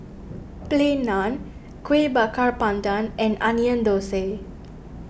Plain Naan Kueh Bakar Pandan and Onion Thosai